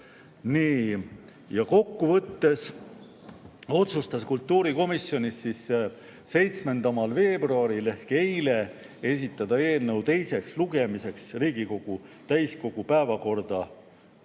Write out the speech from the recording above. Kokkuvõttes otsustas kultuurikomisjon 7. veebruaril ehk üleeile esitada eelnõu teiseks lugemiseks Riigikogu täiskogu päevakorda